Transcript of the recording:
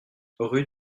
rue